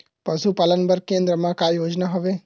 पशुपालन बर केन्द्र म का योजना हवे?